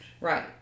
right